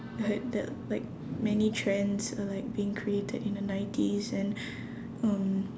I heard that like many trends are like being created in the nineties and um